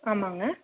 ஆமாங்க